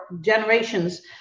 generations